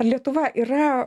ar lietuva yra